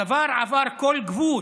הדבר עבר כל גבול